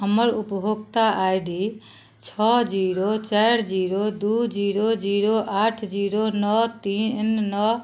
हमर उपभोक्ता I D छओ जीरो चारि जीरो दू जीरो जीरो आठ जीरो नओ तीन नओ